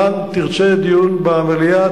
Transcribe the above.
דיון במליאה,